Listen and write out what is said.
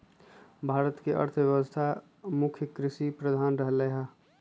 भारत के अर्थव्यवस्था मुख्य कृषि प्रधान रहलै ह